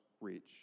reach